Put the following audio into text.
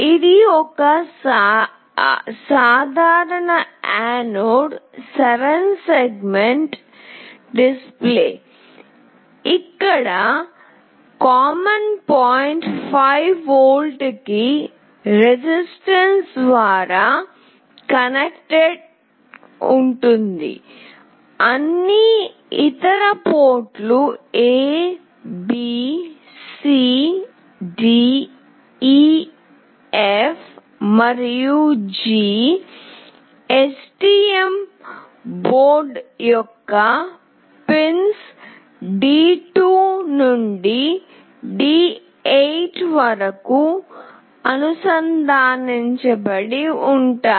ఇది ఒక సాధారణ యానోడ్ 7 సెగ్మెంట్ డిస్ప్లే ఇక్కడ సాధారణ పోర్ట్ 5V కి నిరోధకత ద్వారా అనుసంధానించబడి ఉంటుంది అన్ని ఇతర పోర్టులు A B C D E F మరియు G STM బోర్డు యొక్క పిన్స్ D 2 నుండి D 8 వరకు అనుసంధానించబడి ఉంటాయి